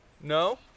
No